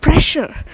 Pressure